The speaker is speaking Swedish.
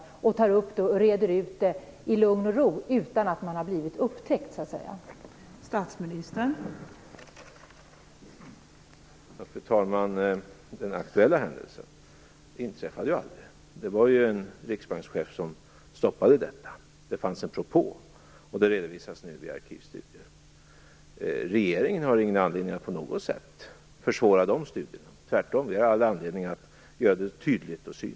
Varför tar man då inte upp saken och reder upp det i lugn och ro, utan att det hela först så att säga måste ha upptäckts av någon?